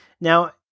Now